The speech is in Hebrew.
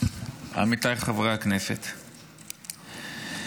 עמיתיי חברי הכנסת,